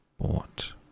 Bought